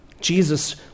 Jesus